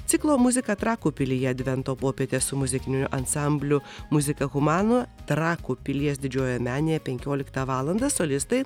ciklo muzika trakų pilyje advento popietė su muzikiniu ansambliu muzika humana trakų pilies didžiojoje menėje penkioliktą valandą solistai